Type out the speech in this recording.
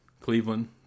Cleveland